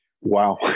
Wow